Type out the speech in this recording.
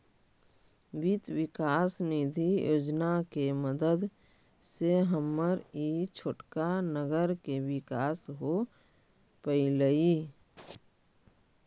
वित्त विकास निधि योजना के मदद से हमर ई छोटका नगर के विकास हो पयलई